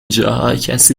جاها، کسی